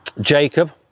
Jacob